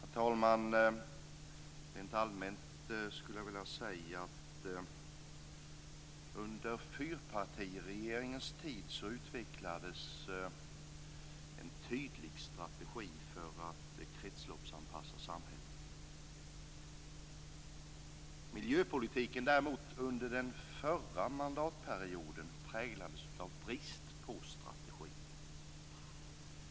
Herr talman! Rent allmänt skulle jag vilja säga att det under fyrpartiregeringens tid utvecklades en tydlig strategi för att kretsloppsanpassa samhället. Miljöpolitiken under den förra mandatperioden präglades däremot av en brist på strategi.